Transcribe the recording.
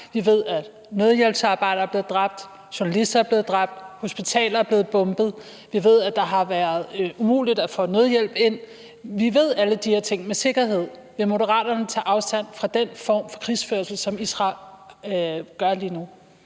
vi ved, at nødhjælpsarbejdere er blevet dræbt, journalister er blevet dræbt, hospitaler er blevet bombet; vi ved, at det har været umuligt at få nødhjælp ind. Vi ved alle de her ting med sikkerhed. Vil Moderaterne tage afstand fra den form for krigsførelse, som Israel laver lige nu?